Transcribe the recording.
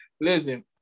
listen